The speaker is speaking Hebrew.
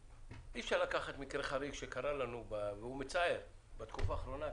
אי אפשר לקחת מקרה חריג שקרה לנו בתקופה האחרונה,